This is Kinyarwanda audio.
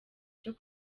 cyo